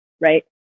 right